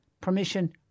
Permission